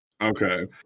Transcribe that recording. Okay